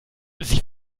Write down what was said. sie